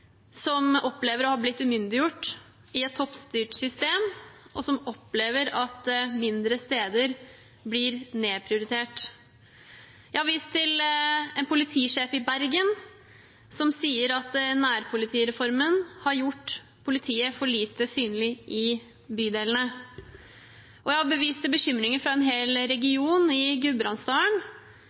som opplever å ha blitt umyndiggjort i et toppstyrt system, og som opplever at mindre steder blir nedprioritert. Jeg har vist til en politisjef i Bergen, som sier at nærpolitireformen har gjort politiet for lite synlig i bydelene. Og jeg har vist til bekymringer fra en hel region i Gudbrandsdalen